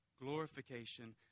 glorification